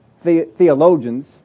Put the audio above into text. theologians